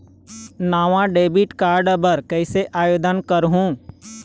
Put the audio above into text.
नावा debit card बर कैसे आवेदन करहूं?